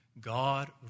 God